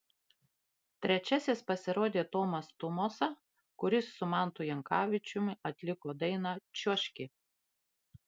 trečiasis pasirodė tomas tumosa kuris su mantu jankavičiumi atliko dainą čiuožki